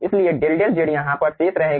इसलिए del del Z यहां पर शेष रहेगा